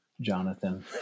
Jonathan